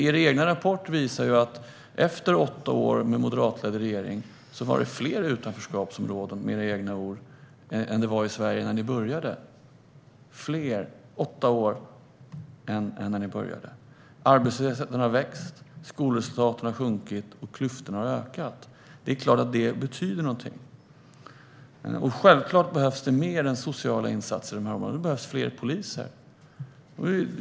Er egen rapport visar ju att efter åtta år med moderatledd regering var det fler utanförskapsområden, med era egna ord, i Sverige än det var när ni började. Det var fler efter åtta år än när ni började. Arbetslösheten har ökat, skolresultaten har sjunkit och klyftorna har ökat; det är klart att det betyder någonting. Och självklart behövs det mer än sociala insatser i dessa områden - det behövs fler poliser.